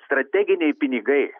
strateginiai pinigai